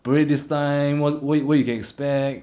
parade this time what what you can expect